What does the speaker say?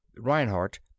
Reinhardt